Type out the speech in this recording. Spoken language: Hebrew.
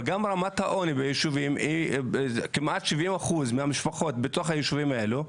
וגם רמת העוני בישובים כמעט 70% מהמשפחות בתוך הישובים האלה,